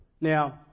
Now